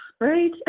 right